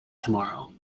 tomorrow